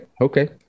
Okay